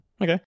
Okay